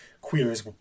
queers